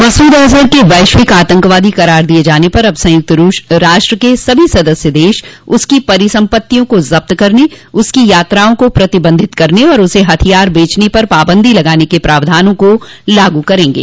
मसूद अजहर के वैश्विक आतंकवादी करार दिये जाने के बाद अब संयुक्त राष्ट्र के सभी सदस्य देश उसकी परिसंपत्तियों को जब्त करने उसकी यात्राओं को प्रतिबंधित करने और उसे हथियार बेचने पर पाबंदी लगाने के प्रावधानों को लागू करेंगे